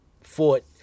fought